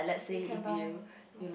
you can buy small